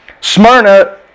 Smyrna